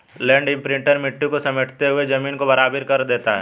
land imprinter मिट्टी को समेटते हुए जमीन को बराबर भी कर देता है